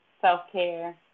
self-care